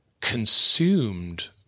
consumed